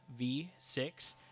V6